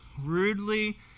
rudely